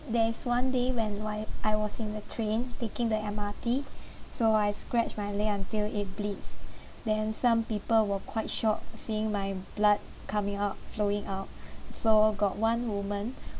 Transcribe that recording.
there's one day when while I was in the train taking the M_R_T so I scratch my leg until it bleeds then some people were quite shocked seeing my blood coming out flowing out so got one woman